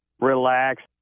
relax